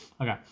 Okay